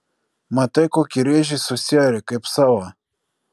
matai kokį rėžį susiarė kaip savo